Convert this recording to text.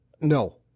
No